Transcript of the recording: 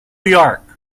york